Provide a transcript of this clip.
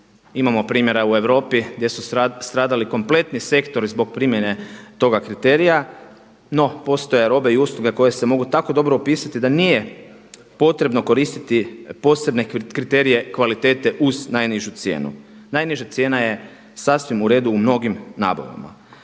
imamo primjera u Europi gdje su stradali kompletni sektori zbog primjene toga kriterija, no postoje robe i usluge koje se mogu tako dobro opisati da nije potrebno koristiti posebne kriterije kvalitete uz najnižu cijenu. Najniža cijena je sasvim uredu u mnogim nabavama.